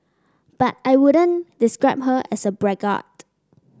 but I wouldn't describe her as a braggart